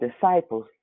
disciples